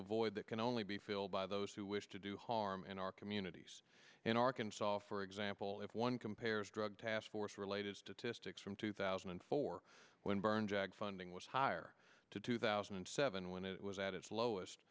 a void that can only be filled by those who wish to do harm in our communities in arkansas for example if one compares drug task force related statistics from two thousand and four when byrne jag funding was higher to two thousand and seven when it was at its lowest